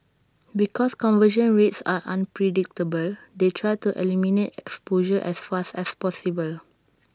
because conversion rates are unpredictable they try to eliminate exposure as fast as possible